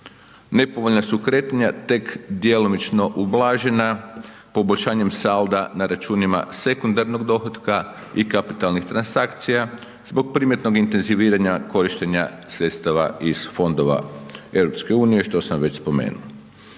nepovoljna su kretanja tek djelomično ublažena poboljšanjem salda na računima sekundarnog dohotka i kapitalnih transakcija zbog primjetnog intenziviranja korištenja sredstava iz Fondova EU, što sam već spomenuo.